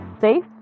safe